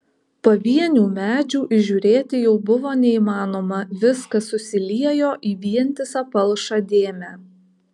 pavienių medžių įžiūrėti jau buvo neįmanoma viskas susiliejo į vientisą palšą dėmę